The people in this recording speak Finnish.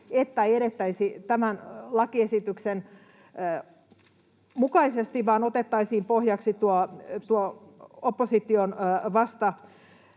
että ei edettäisi tämän lakiesityksen mukaisesti vaan otettaisiin pohjaksi tuo opposition vastalause.